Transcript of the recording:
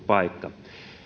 paikka